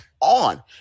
on